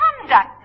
conduct